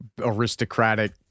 aristocratic